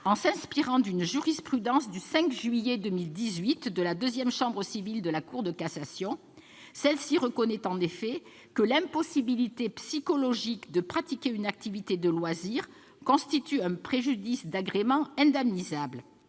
en s'inspirant de la jurisprudence du 5 juillet 2018 de la deuxième chambre civile de la Cour de cassation. Celle-ci reconnaît ainsi que « l'impossibilité psychologique de pratiquer une activité de loisirs constitue un préjudice d'agrément indemnisable